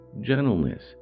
gentleness